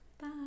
bye